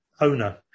Owner